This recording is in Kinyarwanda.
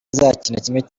azakina